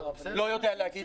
אני לא יודע להגיד.